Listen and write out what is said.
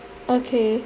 okay